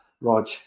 Rog